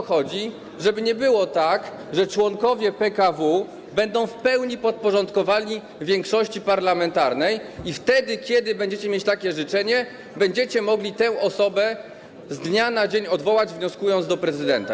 Chodzi o to, żeby nie było tak, że członkowie PKW będą w pełni podporządkowani większości parlamentarnej i kiedy będziecie mieć takie życzenie, będziecie mogli tę osobę z dnia na dzień odwołać, wnioskując o to do prezydenta.